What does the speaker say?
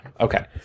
Okay